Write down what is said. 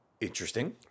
Interesting